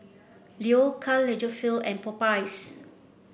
Leo Karl Lagerfeld and Popeyes